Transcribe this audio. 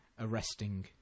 arresting